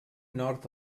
nord